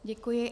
Děkuji.